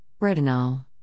Retinol